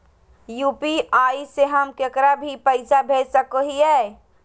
UPI से हम केकरो भी पैसा भेज सको हियै?